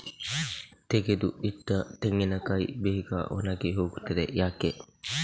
ತೆಗೆದು ಇಟ್ಟ ತೆಂಗಿನಕಾಯಿ ಬೇಗ ಒಣಗಿ ಹೋಗುತ್ತದೆ ಯಾಕೆ?